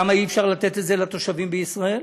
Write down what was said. למה אי-אפשר לתת את זה לתושבים בישראל?